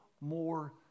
more